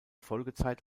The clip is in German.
folgezeit